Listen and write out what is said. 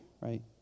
right